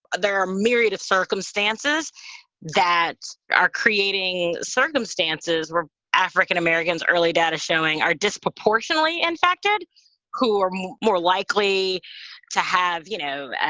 there are a myriad of circumstances that are creating circumstances where african-americans, early data showing are disproportionately impacted who are more more likely to have, you know,